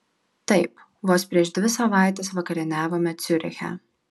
taip vos prieš dvi savaites vakarieniavome ciuriche